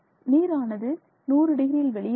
நீரானது 100 டிகிரியில் வெளியேறிவிடும்